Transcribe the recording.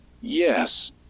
Yes